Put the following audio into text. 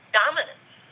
dominance